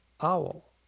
owl